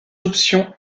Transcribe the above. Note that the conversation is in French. options